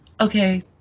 okay